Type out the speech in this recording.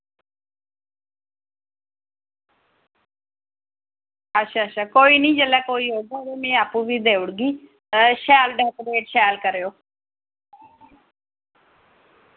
अच्छा अच्छा कोई नि जिल्लै कोई औगा ते मैं आप्पू बी देई ओड़गी शैल डैकोरेट शैल करेओ